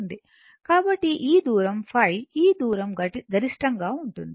కాబట్టి ఈ దూరం ఈ దూరం గరిష్టంగా ఉంటుంది